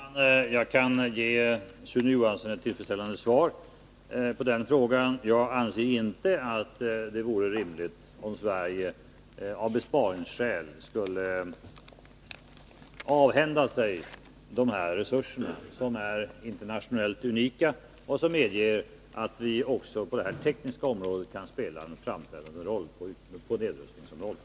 Herr talman! Jag skall ge Sune Johansson ett tillfredsställande svar på den frågan. Jag anser inte att det vore rimligt om Sverige av besparingsskäl skulle avhända sig de här resurserna, som är internationellt unika och som medger att vi också på det här tekniska området kan spela en framträdande roll på nedrustningsområdet.